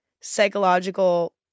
psychological